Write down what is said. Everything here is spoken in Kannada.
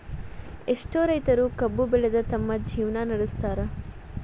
ಎಷ್ಟೋ ರೈತರು ಕಬ್ಬು ಬೆಳದ ತಮ್ಮ ಜೇವ್ನಾ ನಡ್ಸತಾರ